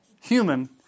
Human